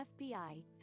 fbi